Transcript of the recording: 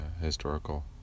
historical